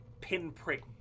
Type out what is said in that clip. pinprick